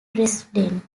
dresden